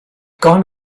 gone